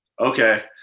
okay